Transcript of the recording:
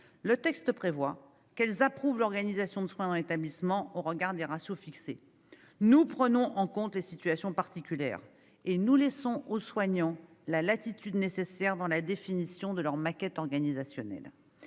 Le texte prévoit ainsi que ces dernières approuvent l'organisation des soins dans un établissement au regard des ratios fixés. Nous prenons donc en compte les situations particulières, et nous laissons aux soignants la latitude nécessaire dans la définition de leur maquette organisationnelle.